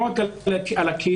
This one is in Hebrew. לא רק על הקהילה,